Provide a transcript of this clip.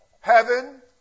Heaven